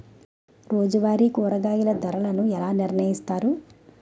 రోజువారి కూరగాయల ధరలను ఎలా నిర్ణయిస్తారు?